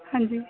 ਹਾਂਜੀ